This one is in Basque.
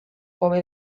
hobe